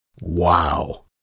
Wow